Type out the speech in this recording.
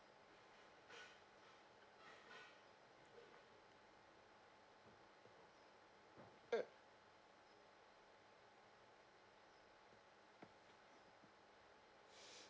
mm